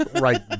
Right